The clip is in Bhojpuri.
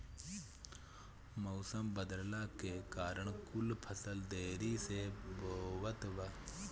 मउसम बदलला के कारण कुल फसल देरी से बोवात बा